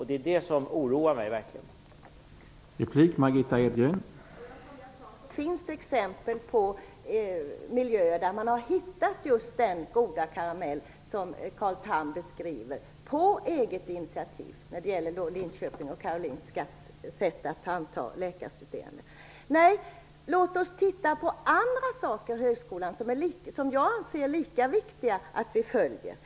Det är detta som verkligen oroar mig.